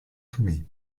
tomé